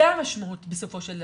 זו המשמעות בסופו של דבר.